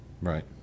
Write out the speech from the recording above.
Right